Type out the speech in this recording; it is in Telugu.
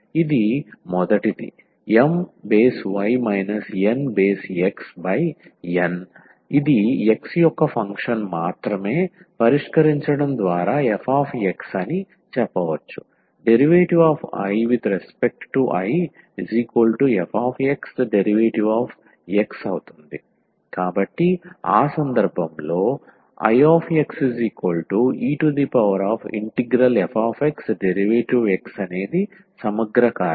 ఇది మొదటిది My NxN x యొక్క ఫంక్షన్ మాత్రమే పరిష్కరించడం ద్వారా f అని చెప్పవచ్చు dIIfxdx కాబట్టి ఆ సందర్భంలో Ixefxdx సమగ్ర కారకం